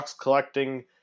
collecting